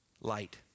light